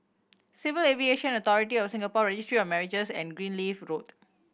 Civil Aviation Authority of Singapore Registry of Marriages and Greenleaf Road